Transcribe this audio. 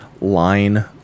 line